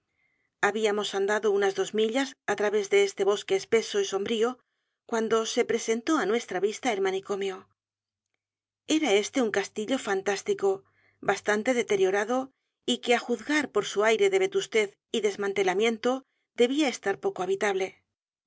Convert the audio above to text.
habíamos andado u n a s dos millas á través de este bosque espeso y sombrío cuando se presentó á nuestra vista el manicomio e r a éste un castillo fantástico bastante deteriorado y que á j u z g a r por su aire de vetustez y desmantelamiento debía estar poco habitable